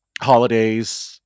holidays